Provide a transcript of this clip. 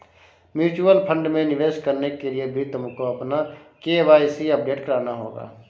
mutual fund में निवेश करने के लिए भी तुमको अपना के.वाई.सी अपडेट कराना होगा